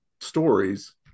stories